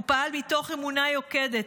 הוא פעל מתוך אמונה יוקדת,